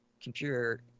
computer